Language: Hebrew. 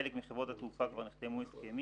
עם חלק מחברות התעופה כבר נחתמו הסכמים,